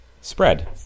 Spread